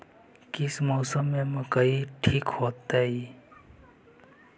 कौन मौसम में मकई ठिक होतइ?